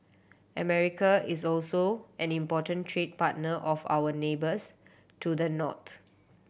America is also an important trade partner of our neighbours to the north